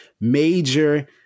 major